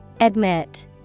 Admit